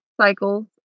cycles